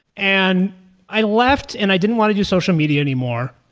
and i left and i didn't want to use social media anymore,